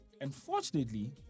Unfortunately